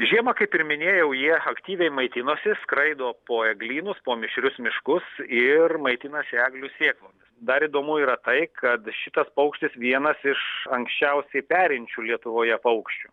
žiemą kaip ir minėjau jie aktyviai maitinasi skraido po eglynus po mišrius miškus ir maitinasi eglių sėklomis dar įdomu yra tai kad šitas paukštis vienas iš anksčiausiai perinčių lietuvoje paukščių